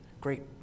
great